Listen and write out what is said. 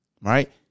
Right